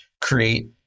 create